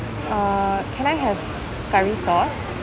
uh can I have curry sauce